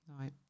right